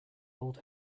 old